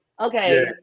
okay